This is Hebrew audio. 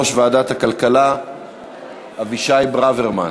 יציג את ההצעה יושב-ראש ועדת הכלכלה אבישי ברוורמן.